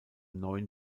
neuen